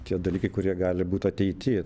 tie dalykai kurie gali būt ateity